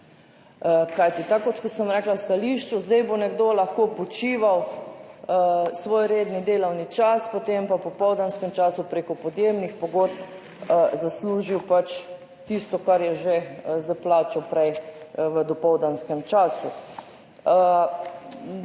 Kajti tako kot sem rekla v stališču, zdaj bo nekdo lahko počival svoj redni delovni čas, potem pa v popoldanskem času preko podjemnih pogodb zaslužil pač tisto, kar je že za plačo prej v dopoldanskem času.